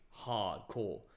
hardcore